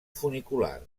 funicular